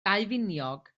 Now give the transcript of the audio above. daufiniog